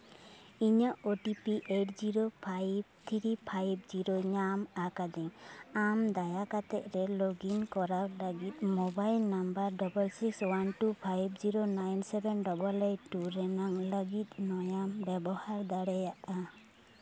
ᱤᱧᱟᱹᱜ O T P eight zero five three five zero ᱤᱧᱟᱜ ᱧᱟᱢ ᱟᱠᱟᱫᱤᱧ ᱟᱢ ᱫᱟᱭᱟ ᱠᱟᱛᱮᱫ ᱨᱮ ᱞᱚᱜᱤᱱ ᱠᱚᱨᱟᱣ ᱞᱟᱹᱜᱤᱫ mobile number double six one two five zero nine seven double eight two ᱨᱮᱱᱟᱜ ᱞᱟᱹᱜᱤᱫ ᱱᱚᱭᱟᱢ ᱵᱮᱵᱚᱦᱟᱨ ᱫᱟᱲᱮᱭᱟᱜᱼᱟ